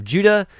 Judah